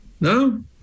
No